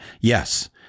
Yes